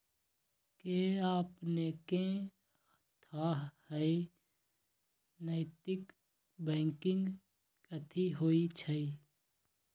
कि अपनेकेँ थाह हय नैतिक बैंकिंग कथि होइ छइ?